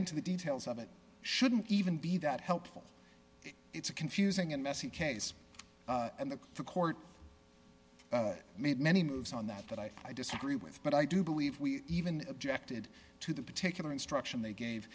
into the details of it shouldn't even be that helpful it's a confusing and messy case and the court made many moves on that that i disagree with but i do believe we even objected to the particular instruction they gave